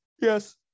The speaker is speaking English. Yes